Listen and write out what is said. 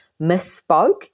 misspoke